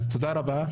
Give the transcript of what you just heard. אז תודה רבה.